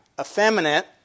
effeminate